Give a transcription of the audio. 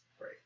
Right